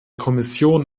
kommission